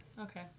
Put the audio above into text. Okay